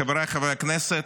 חבריי חברי הכנסת,